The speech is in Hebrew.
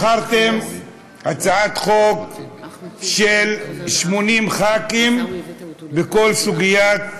בחרתם הצעת חוק של 80 ח"כים בכל סוגיית ירושלים.